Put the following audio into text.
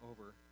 over